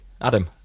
Adam